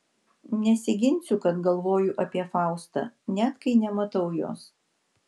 nesiginsiu kad galvoju apie faustą net kai nematau jos